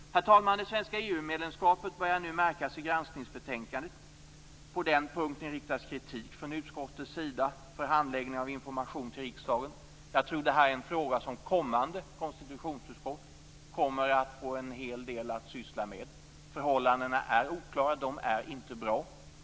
Herr talman! Det svenska EU-medlemskapet börjar nu märkas i granskningsbetänkandet. På den punkten riktas kritik från utskottets sida för handläggning av information till riksdagen. Jag tror att detta är en fråga som kommande konstitutionsutskott kommer att få en hel del att göra med. Förhållandena är oklara - de är inte bra.